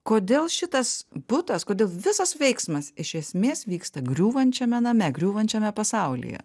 kodėl šitas butas kodėl visas veiksmas iš esmės vyksta griūvančiame name griūvančiame pasaulyje